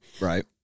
Right